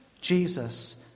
Jesus